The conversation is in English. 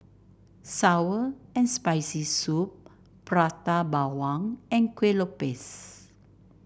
sour and Spicy Soup Prata Bawang and Kueh Lopes